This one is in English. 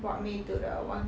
brought me to the one